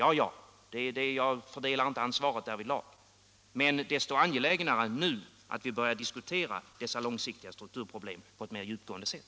Ja, jag fördelar inte ansvaret därvidlag, men desto angelägnare är det nu att vi börjar diskutera dessa långsiktiga strukturproblem på ett mer djupgående sätt.